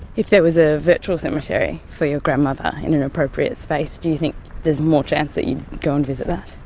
if there was a virtual cemetery for your grandmother in an appropriate space, do you think there's more chance that you'd go and visit that?